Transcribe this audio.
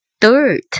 dirt